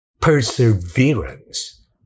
Perseverance